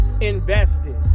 invested